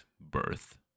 birth